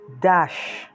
dash